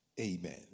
Amen